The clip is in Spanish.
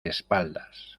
espaldas